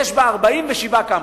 יש בה 47 קמפוסים.